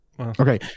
Okay